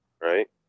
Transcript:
right